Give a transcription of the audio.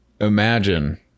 imagine